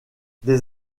des